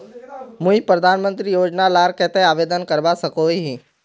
मुई प्रधानमंत्री योजना लार केते आवेदन करवा सकोहो ही?